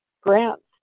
grants